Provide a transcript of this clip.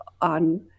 on